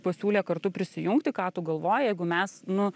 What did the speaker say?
pasiūlė kartu prisijungti ką tu galvoji jeigu mes nu